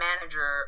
manager